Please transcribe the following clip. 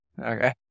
okay